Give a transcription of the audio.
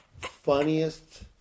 funniest